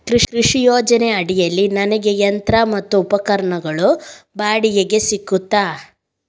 ಕೃಷಿ ಯೋಜನೆ ಅಡಿಯಲ್ಲಿ ನನಗೆ ಯಂತ್ರ ಮತ್ತು ಉಪಕರಣಗಳು ಬಾಡಿಗೆಗೆ ಸಿಗುತ್ತದಾ?